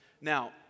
Now